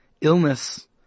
illness